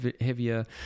heavier